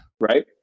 Right